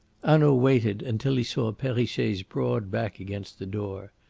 hanaud waited until he saw perrichet's broad back against the door.